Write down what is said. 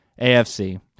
AFC